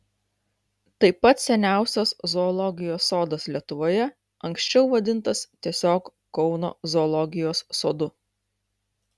tai pats seniausias zoologijos sodas lietuvoje anksčiau vadintas tiesiog kauno zoologijos sodu